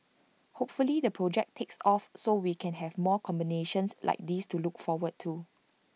hopefully the project takes off so we can have more combinations like this to look forward to